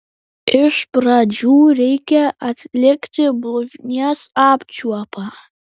iš pradžių reikia atlikti blužnies apčiuopą